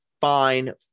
fine